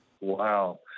Wow